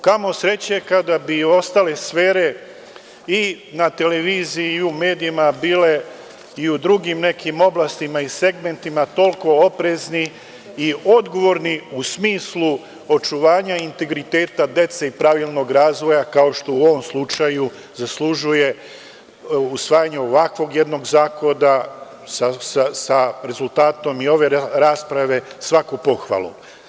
Kamo sreće kada bi i ostale sfere i na televiziji i u medijima bile i u drugim nekim oblastima i segmentima toliko oprezne i odgovorne, u smislu očuvanja integriteta dece i pravilnog razvoja, kao što u ovom slučaju zaslužuje usvajanje ovakvog jednog zakona, sa rezultatom i ove rasprave, svaku pohvalu.